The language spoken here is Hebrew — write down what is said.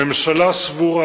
הממשלה סבורה